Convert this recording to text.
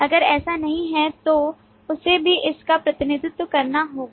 अगर ऐसा नहीं है तो उसे भी इसका प्रतिनिधित्व करना होगा